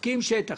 מפקיעים שטח.